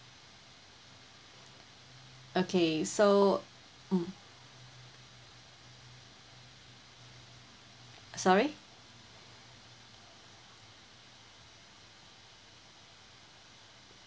okay so mm sorry